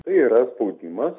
tai yra spaudimas